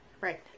Right